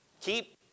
Keep